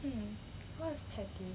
mm what is petty